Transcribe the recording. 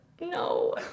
No